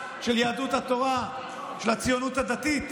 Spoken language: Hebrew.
של יהדות התורה של הציונות הדתית.